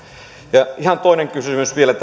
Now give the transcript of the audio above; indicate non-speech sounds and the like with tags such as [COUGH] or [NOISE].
ja ihan toinen kysymys vielä [UNINTELLIGIBLE]